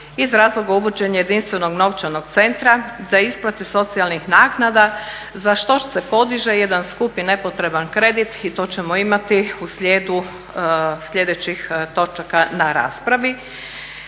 iz razloga uvođenja jedinstvenog novčanog centra za isplate socijalnih naknada za što se podiže jedan skupi i ne potreban kredit i to ćemo u slijedu sljedećih točaka na raspravi